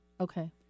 Okay